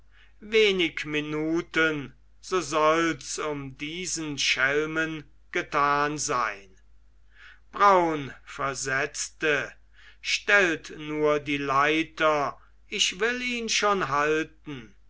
wenig minuten so solls um diesen schelmen getan sein braun versetzte stellt nur die leiter ich will ihn schon halten